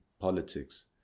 politics